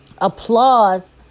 applause